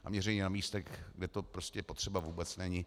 A měření na místech, kde to prostě potřeba vůbec není.